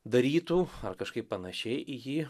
darytų ar kažkaip panašiai į jį